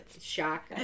shock